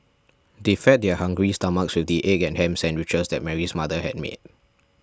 they fed their hungry stomachs with the egg and ham sandwiches that Mary's mother had made